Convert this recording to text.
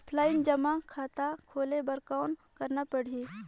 Offline जमा खाता खोले बर कौन करना पड़ही?